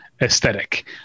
aesthetic